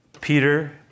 Peter